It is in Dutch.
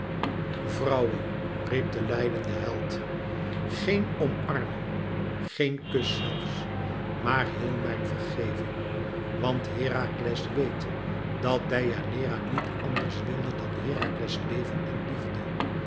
vrouwe riep de lijdende held geen omarming geen kus zelfs maar heél mijn vergeving want herakles weet dat deianeira niet anders wilde dan herakles leven en liefde